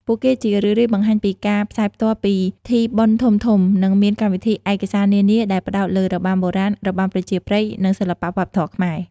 ពួកគេជារឿយៗបង្ហាញពីការផ្សាយផ្ទាល់ពិធីបុណ្យធំៗ និងមានកម្មវិធីឯកសារនានាដែលផ្តោតលើរបាំបុរាណ របាំប្រជាប្រិយ និងសិល្បៈវប្បធម៌ខ្មែរ។